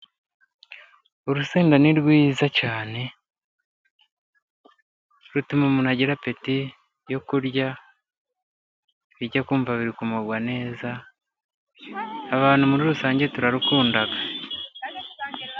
Urusenda ni rwiza cyane, rutuma umuntu agira apeti yo kurya, ibiryo akumva biri kumugwa neza, abantu muri rusange turabikunda.